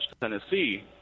Tennessee